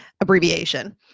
abbreviation